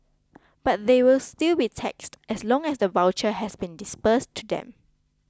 but they will still be taxed as long as the voucher has been disbursed to them